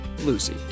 Lucy